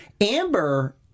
Amber